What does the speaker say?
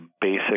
basic